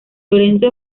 lorenzo